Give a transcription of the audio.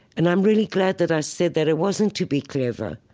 and i'm really glad that i said that. it wasn't to be clever.